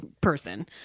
person